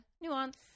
nuance